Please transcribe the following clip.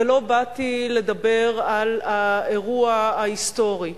ולא באתי לדבר על האירוע ההיסטורי,